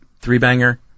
three-banger